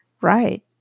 right